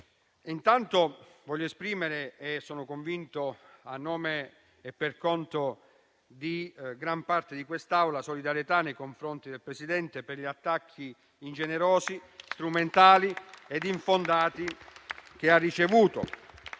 Intanto voglio esprimere - sono convinto di poterlo fare in nome e per conto di gran parte dell'Assemblea - la solidarietà nei confronti del Presidente, per gli attacchi ingenerosi, strumentali ed infondati che ha ricevuto.